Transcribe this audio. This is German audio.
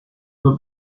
für